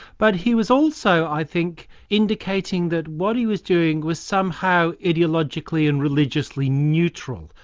but he was also i think indicating that what he was doing was somehow ideologically and religiously neutral,